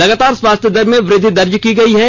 लगातार स्वास्थ्य दर में वृद्धि दर्ज की गई है